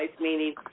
meaning